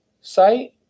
site